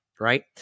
right